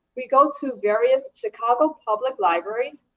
we go to various chicago public libraries,